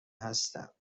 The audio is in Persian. هستم